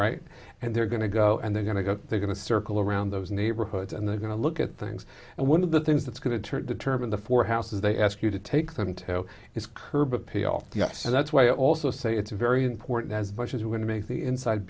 right and they're going to go and they're going to go they're going to circle around those neighborhoods and they're going to look at things and one of the things that's going to turn determine the four houses they ask you to take them to is curb appeal yes and that's why i also say it's very important as much as we're going to make the inside